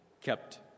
kept